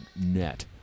net